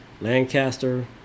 Lancaster